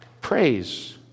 Praise